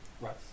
right